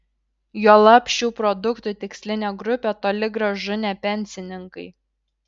juolab šių produktų tikslinė grupė toli gražu ne pensininkai